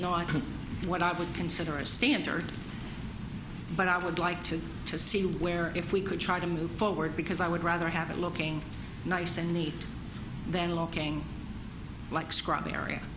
see what i would consider a standard but i would like to see where if we could try to move forward because i would rather have it looking nice and neat than locking like